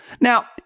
Now